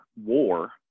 war